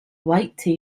white